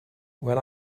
when